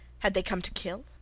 had they come to kill?